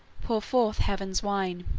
pour forth heaven's wine,